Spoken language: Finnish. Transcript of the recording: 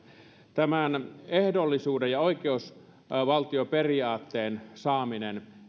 tämän ehdollisuuden ja oikeusvaltioperiaatteen saaminen